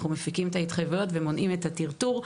אנחנו מפיקים את ההתחייבויות ומונעים את הטרטור.